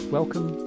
welcome